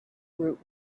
root